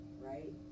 right